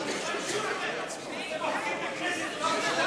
אתם לא